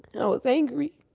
i was angry